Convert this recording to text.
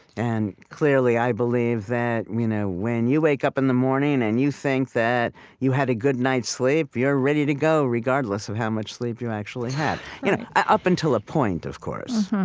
and, clearly, i believe that you know when you wake up in the morning, and you think that you had a good night's sleep, you're ready to go, regardless of how much sleep you actually had you know ah up until a point, of course